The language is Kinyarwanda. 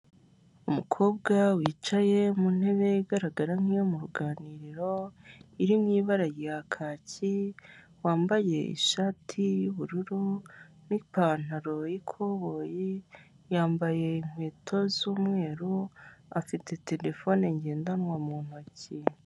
Icyapa cyamamaza inzoga ya AMSTEL, hariho icupa ry'AMSTEL ripfundikiye, hakaba hariho n'ikirahure cyasutswemo inzoga ya AMSTEL, munsi yaho hari imodoka ikindi kandi hejuru yaho cyangwa k'uruhande rwaho hari inzu. Ushobora kwibaza ngo AMSTEL ni iki? AMSTEL ni ubwoko bw'inzoga busembuye ikundwa n'abanyarwanada benshi, abantu benshi bakunda inzoga cyangwa banywa inzoga zisembuye, bakunda kwifatira AMSTEL.